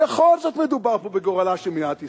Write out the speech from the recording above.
בכל זאת, מדובר פה בגורלה של מדינת ישראל.